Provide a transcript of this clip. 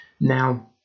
Now